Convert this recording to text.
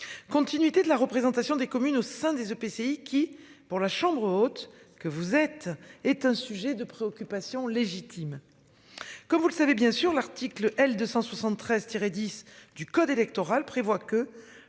continuité de la représentation des communes au sein des EPCI qui pour la chambre haute, que vous êtes est un sujet de préoccupation légitime. Comme vous le savez bien sûr l'article L 273 tirer 10 du code électoral prévoit que